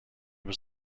was